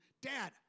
Dad